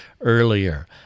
earlier